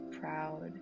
proud